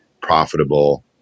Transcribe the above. profitable